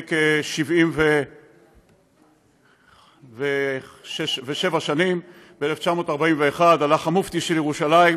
לפני כ-77 שנים: ב-1941 הלך המופתי של ירושלים,